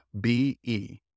B-E